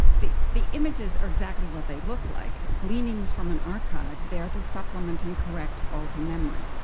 the the images are exactly what they look like gleanings from an archive there to supplement and correct faulty memory.